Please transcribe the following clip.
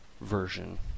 version